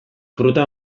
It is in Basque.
fruta